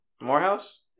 Morehouse